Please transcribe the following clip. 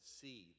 see